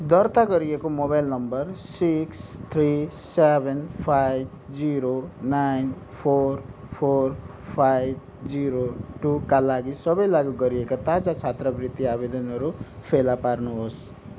दर्ता गरिएको मोबाइल नम्बर six three seven five zero nine four four five zero टूका लागि सबै लागु गरिएका ताजा छात्रवृत्ति आवेदनहरू फेला पार्नुहोस्